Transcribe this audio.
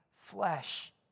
flesh